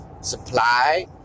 supply